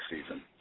season